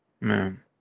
man